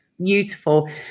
beautiful